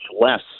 less